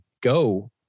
go